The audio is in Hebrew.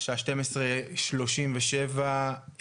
השעה 12:37,